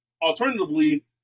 alternatively